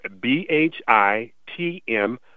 B-H-I-T-M